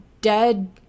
dead